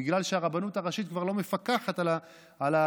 בגלל שהרבנות הראשית כבר לא מפקחת על הליבה,